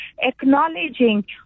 acknowledging